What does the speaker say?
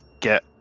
get